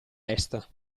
est